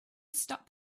stop